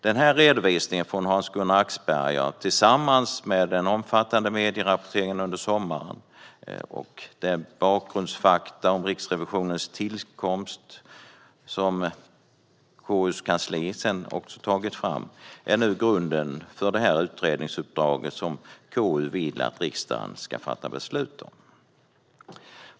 Hans-Gunnar Axbergers redovisning tillsammans med den omfattande medierapporteringen under sommaren och de bakgrundsfakta om Riksrevisionens tillkomst som KU:s kansli har tagit fram är nu grund för det utredningsuppdrag som KU vill att riksdagen ska fatta beslut om.